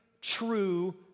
true